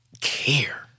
care